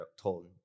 told